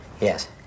yes